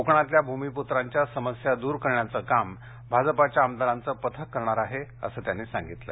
कोकणातल्या भूमिप्त्रांच्या समस्या दूर करण्याच काम भाजपाच्या आमदारांचं पथक करणार आहे असं त्यांनी सांगितलं